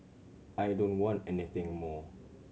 I don't want anything more